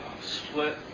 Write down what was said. split